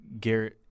Garrett